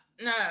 no